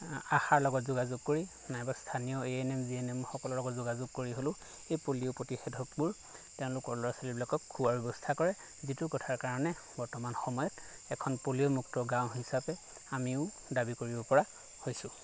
আশাৰ লগত যোগাযোৰ কৰি নাইবা স্থানীয় A N M G N এমসকলৰ লগত যোগাযোগ কৰি হ'লেও এই পলিঅ' প্ৰতিষেধকবোৰ তেওঁলোকৰ ল'ৰা ছোৱালীবিলাকক খুওৱাৰ ব্যৱস্থা কৰে যিটো কথাৰ কাৰণে বৰ্তমান সময়ত এখন পলিঅ'মুক্ত গাঁও হিচাপে আমিও দাবী কৰিব পৰা হৈছোঁ